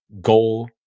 goal